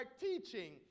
teaching